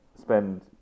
spend